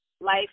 Life